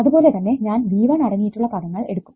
അതുപോലെതന്നെ ഞാൻ V1 അടങ്ങിയിട്ടുള്ള പദങ്ങൾ എടുക്കും